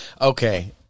okay